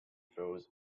throws